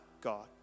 God